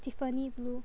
tiffany blue